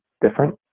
different